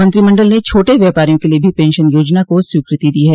मंत्रिमंडल ने छोटे व्यापारियों के लिए भी पेंशन योजना को स्वीकृति दी है